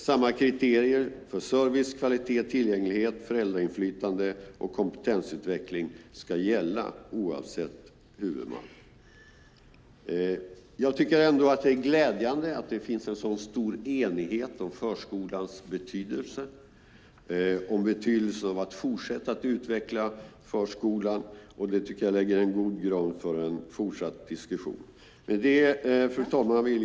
Samma kriterier för service, kvalitet, tillgänglighet, föräldrainflytande och kompetensutveckling ska gälla oavsett huvudman. Det är ändå glädjande att det finns en sådan stor enighet om förskolans betydelse och betydelsen av att fortsätta utveckla förskolan. Det lägger en god grund för en fortsatt diskussion. Fru talman!